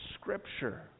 scripture